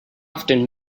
often